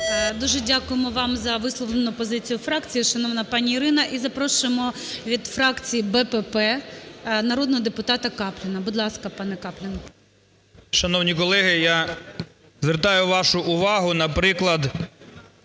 Дуже дякуємо вам за висловлену позицію фракції, шановна пані Ірино. І запрошуємо від фракції БПП народного депутата Капліна. Будь ласка, пане Каплін. 13:43:51 КАПЛІН С.М. Шановні колеги, я звертаю вашу увагу на приклад